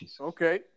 Okay